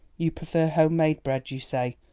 you prefer home-made bread, you say?